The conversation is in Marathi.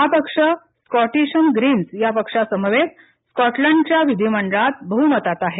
हा पक्ष स्कॉटिशन ग्रीन्स या पक्षासमवेत स्कॉटलंडच्या विधिमंडळात बहुमतात आहे